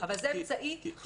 זה אמצעי חשוב ומשמעותי.